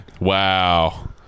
Wow